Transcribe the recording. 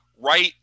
Right